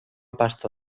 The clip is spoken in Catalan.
pasta